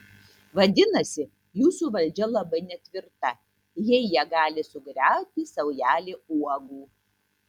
vadinasi jūsų valdžia labai netvirta jei ją gali sugriauti saujelė uogų